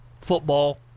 football